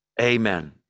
Amen